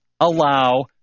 allow